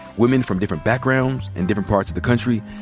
women from different backgrounds and different parts of the country,